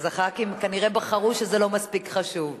אז חברי הכנסת כנראה בחרו שזה לא מספיק חשוב.